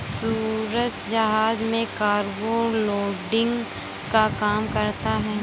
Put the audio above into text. सूरज जहाज में cargo loading का काम करता है